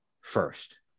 first